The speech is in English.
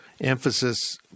emphasis